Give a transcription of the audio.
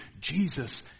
Jesus